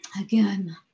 Again